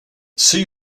see